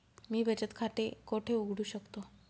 मी बचत खाते कोठे उघडू शकतो?